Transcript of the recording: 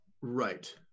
right